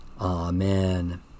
Amen